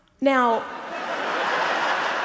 Now